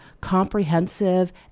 comprehensive